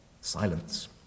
silence